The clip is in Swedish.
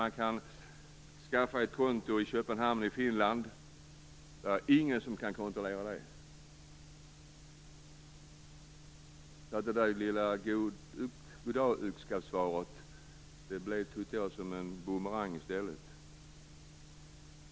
Man kan skaffa ett konto i Köpenhamn eller i Finland. Det finns ingen som kan kontrollera det. Så det där god dag - yxskaft-svaret blev, tycker jag, som en boomerang i stället.